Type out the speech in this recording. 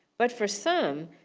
but for some,